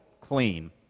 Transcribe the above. clean